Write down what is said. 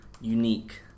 unique